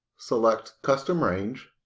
select custom range